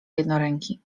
jednoręki